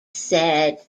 said